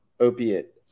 opiate